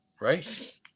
right